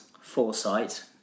foresight